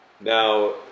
Now